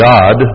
God